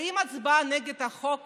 האם תצביעו נגד החוק